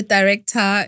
Director